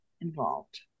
involved